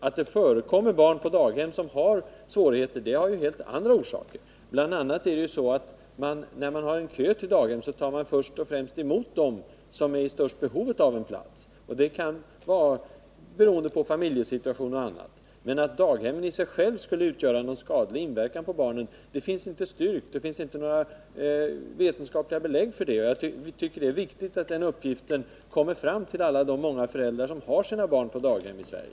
Att det finns barn på daghem som har svårigheter har helt andra orsaker. När man har kö till daghemmet tar man i första hand emot de barn som är i störst behov av en plats, beroende på familjesituationen eller något annat. Men att daghemmen i sig själva skulle ha någon skadlig inverkan på barnen är inte styrkt. Det finns inget vetenskapligt belägg för det. Det är viktigt att det görs klart för de många föräldrar som har sina barn på daghem i Sverige.